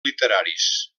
literaris